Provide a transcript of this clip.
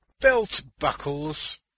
Belt-buckles